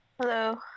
Hello